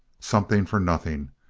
something for nothing.